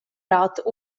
rat